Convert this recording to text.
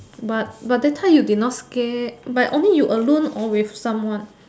but but that time you be not scared but only you alone or with someone